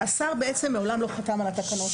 השר, בעצם, מעולם לא חתם על התקנות